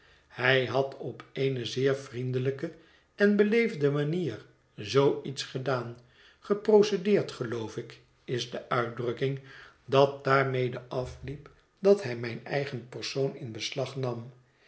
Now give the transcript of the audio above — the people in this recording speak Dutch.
hij had op ee e zeer vriendelijke en beleefde manier zoo iets gedaan geprocedeerd geloof ik is de uitdrukking dat daarmede afliep dat hij mijn eigen persoon in beslag nam